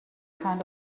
kind